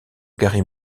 gary